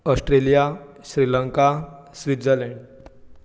Australia Sri Lanka Switzerland